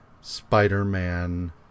Spider-Man